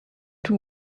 two